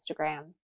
instagram